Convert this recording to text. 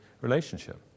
relationship